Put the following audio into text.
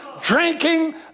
drinking